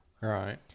Right